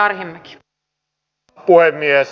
arvoisa puhemies